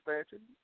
expansion